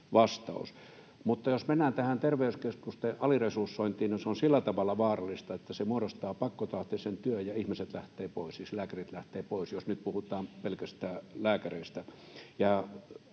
Mutta jos mennään tähän terveyskeskusten aliresursointiin, niin se on sillä tavalla vaarallista, että se muodostaa pakkotahtisen työn ja ihmiset lähtevät pois, lääkärit lähtevät pois, jos nyt puhutaan pelkästään lääkäreistä.